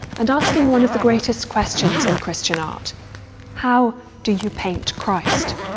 and asking one of the greatest questions in christian art how do you paint christ?